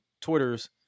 Twitter's